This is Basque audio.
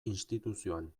instituzioan